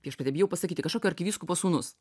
viešpatie bijau pasakyti kažkokio arkivyskupo sūnus